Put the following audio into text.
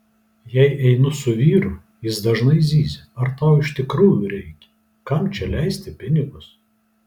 jei einu su vyru jis dažnai zyzia ar tau iš tikrųjų reikia kam čia leisti pinigus